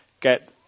get